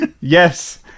Yes